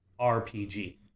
RPG